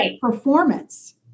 performance